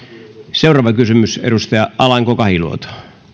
seuraava kysymys edustaja alanko kahiluoto arvoisa puhemies